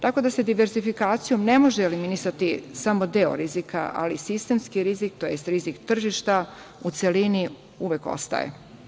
Tako da se diverzifikacijom ne može eliminisati samo deo rizika, ali sistemski rizik tj. rizik tržišta u celini uvek ostaje.